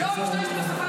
הדוברת הבאה,